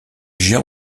gère